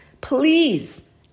Please